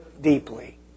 deeply